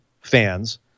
fans